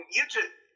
YouTube